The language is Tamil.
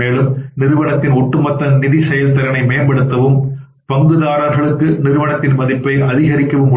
மேலும் நிறுவனத்தின் ஒட்டுமொத்த நிதி செயல்திறனை மேம்படுத்தவும் பங்குதாரர்களுக்கு நிறுவனத்தின் மதிப்பை அதிகரிக்கவும் முடியும்